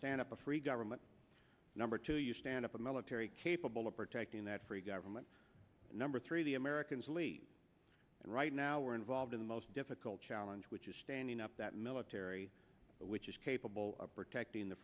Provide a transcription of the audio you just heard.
stand up a free government number two you stand up a military capable of protecting that free government and number three the americans leave and right now we're involved in the most difficult challenge which is standing up that military which is capable of protecting the